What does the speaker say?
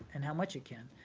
and how much it can.